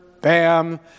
bam